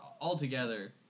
altogether